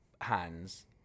hands